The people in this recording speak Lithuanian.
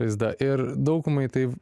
žaizda ir daugumai tai